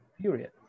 period